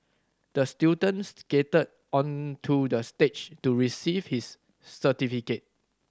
the student skated onto the stage to receive his certificate